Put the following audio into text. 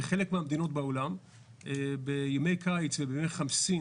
בחלק מהמדינות בעולם בימי קיץ ובימי חמסין